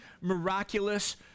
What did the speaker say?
miraculous